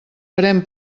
farem